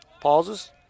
pauses